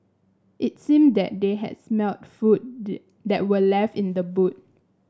it seemed that they had smelt food did that were left in the boot